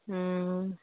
हूँ